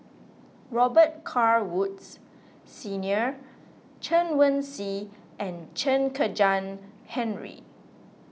Robet Carr Woods Senior Chen Wen Hsi and Chen Kezhan Henri